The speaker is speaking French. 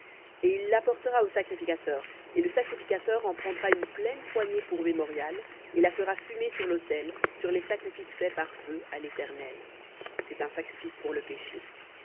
et il l'apportera au sacrificateur et le sacrificateur en prendra une pleine poignée pour mémorial et la fera fumer sur l'autel sur les sacrifices faits par feu à l'éternel c'est un sacrifice pour le péché